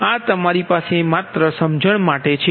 આ તમારી પાસે માત્ર સમજણ માટે છે